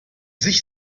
sich